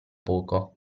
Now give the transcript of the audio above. poco